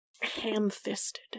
ham-fisted